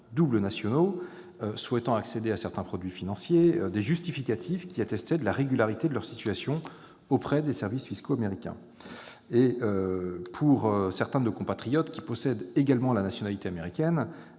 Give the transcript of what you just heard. doubles nationaux souhaitant accéder à certains produits financiers des justificatifs qui attestaient de la régularité de leur situation auprès des services fiscaux américains. Pour certains de nos compatriotes qui possèdent également la nationalité américaine